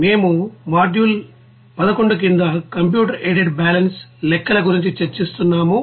మేము మాడ్యూల్ 11 కింద computer aided balance లెక్కల గురించి చర్చిస్తున్నాము